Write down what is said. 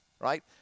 right